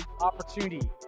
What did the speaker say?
opportunity